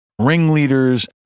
ringleaders